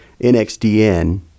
NXDN